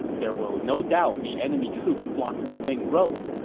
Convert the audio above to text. there will no doubt be enemy troops blocking the main road,